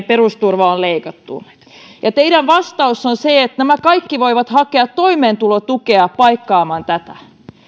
perusturvaa on leikattu ja teidän vastauksenne on se että nämä kaikki voivat hakea toimeentulotukea paikkaamaan tätä